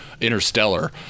interstellar